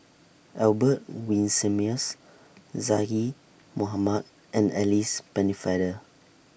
Albert Winsemius Zaqy Mohamad and Alice Pennefather